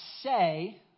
say